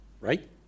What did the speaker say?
right